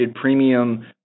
premium